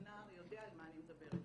נער יודע על מה אני מדברת.